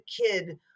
kid